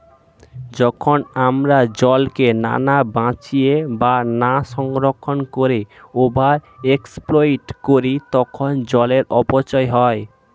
যখন আমরা জলকে না বাঁচিয়ে বা না সংরক্ষণ করে ওভার এক্সপ্লইট করি তখন জলের অপচয় হয়